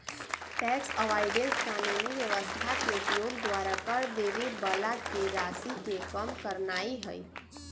tax avoidance कानूनी व्यवस्था के उपयोग द्वारा कर देबे बला के राशि के कम करनाइ हइ